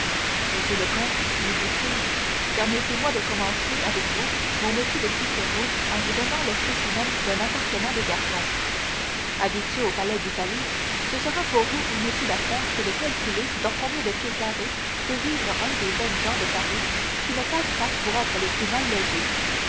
monsieur le comte lui dit-il permettez-moi de commencer avec vous mon métier de cicérone en vous donnant le spécimen d'un appartement de garçon habitué aux palais d'italie ce sera pour vous une étude à faire que de calculer dans combien de pieds carrés peut vivre un des jeunes gens de paris qui ne passent pas pour être les plus mal logés